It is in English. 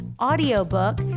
audiobook